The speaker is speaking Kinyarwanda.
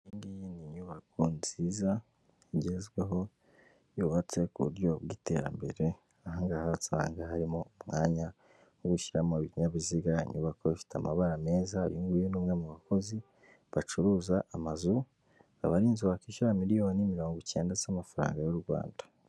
Iyi ngiyi ni inyubako nziza igezweho yubatse ku buryo bw'iterambere, aha ngaha usanga harimo umwanya wo gushyiramo ibinyabiziga, inyubako ifite amabara meza, uyu nguyu ni umwe mu bakozi bacuruza amazu, akaba ari inzu wakishyura miliyoni mirongo cyenda z'amafaranga y'u Rwanda.